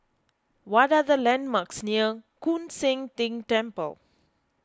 what are the landmarks near Koon Seng Ting Temple